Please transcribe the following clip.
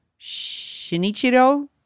Shinichiro